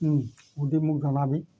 সুধি মোক জনাবি